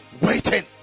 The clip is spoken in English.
waiting